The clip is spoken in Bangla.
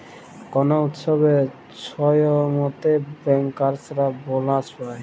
কল উৎসবের ছময়তে ব্যাংকার্সরা বলাস পায়